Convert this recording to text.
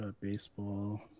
baseball